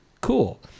Cool